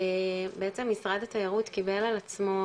בעצם משרד התיירות קיבל על עצמו